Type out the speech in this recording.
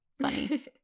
funny